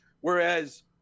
Whereas